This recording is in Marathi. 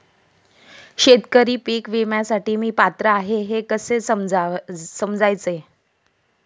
शेतकरी पीक विम्यासाठी मी पात्र आहे हे कसे समजायचे?